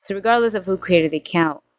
so regardless of who created the account,